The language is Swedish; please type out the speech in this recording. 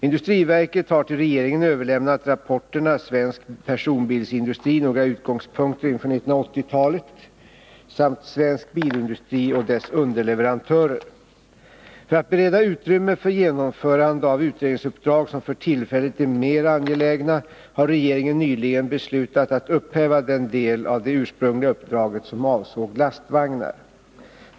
Industriverket har till regeringen överlämnat rapporterna Svensk personbilsindustri — några utgångspunkter inför 1980-talet samt Svensk bilindustri och dess underleverantörer . För att bereda utrymme för genomförande av utredningsuppdrag som för tillfället är mera angelägna har regeringen nyligen beslutat att upphäva den del av det ursprungliga uppdraget som avsåg lastvagnar.